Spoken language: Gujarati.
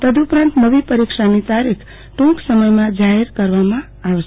તદઉપરાંત નવી પરીક્ષાની તારીખ ટુંક સમયમાં જાહેર કરવામાં આવશે